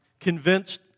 Convinced